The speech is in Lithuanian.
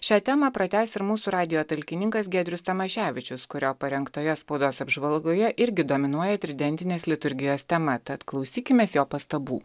šią temą pratęs ir mūsų radijo talkininkas giedrius tamaševičius kurio parengtoje spaudos apžvalgoje irgi dominuoja tridentinės liturgijos tema tad klausykimės jo pastabų